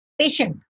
patient